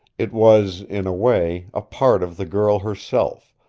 it was, in a way, a part of the girl herself,